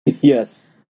yes